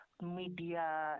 media